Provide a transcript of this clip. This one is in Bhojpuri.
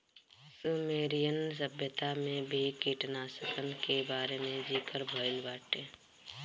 सुमेरियन सभ्यता में भी कीटनाशकन के बारे में ज़िकर भइल बाटे